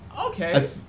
Okay